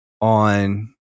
on